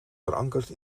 verankerd